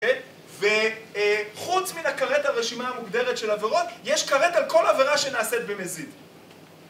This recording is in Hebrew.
וחוץ מן הכרת הרשימה המוגדרת של עבירות, יש כרת על כל עבירה שנעשית במזיד.